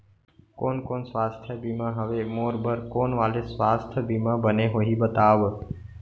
कोन कोन स्वास्थ्य बीमा हवे, मोर बर कोन वाले स्वास्थ बीमा बने होही बताव?